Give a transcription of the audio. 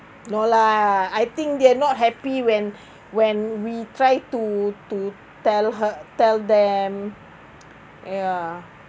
no lah I think they're not happy when when we tried to to tell her tell them ya